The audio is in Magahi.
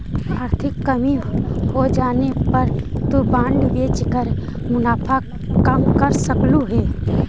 आर्थिक कमी होजाने पर तु बॉन्ड बेचकर मुनाफा कम कर सकलु हे